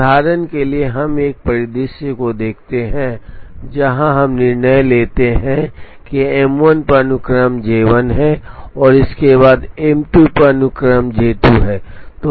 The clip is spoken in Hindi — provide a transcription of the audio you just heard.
उदाहरण के लिए हम एक परिदृश्य को देखते हैं जहाँ हम निर्णय लेते हैं कि M1 पर अनुक्रम J1 है और इसके बाद M2 पर अनुक्रम J2 है